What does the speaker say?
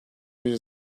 bir